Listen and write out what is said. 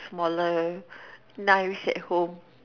smaller knives at home